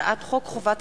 הצעת חוק חובת